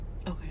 okay